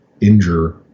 injure